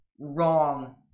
wrong